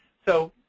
so,